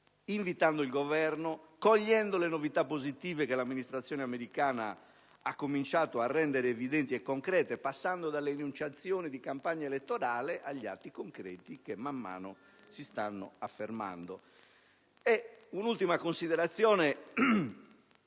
invitare il Governo a cogliere le novità positive che l'amministrazione americana ha cominciato a rendere evidenti e concrete, passando dalle enunciazioni di campagna elettorale agli atti concreti che man mano si stanno affermando. Un'ultima considerazione